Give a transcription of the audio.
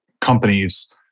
companies